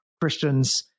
Christians